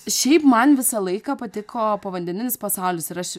šiaip man visą laiką patiko povandeninis pasaulis ir aš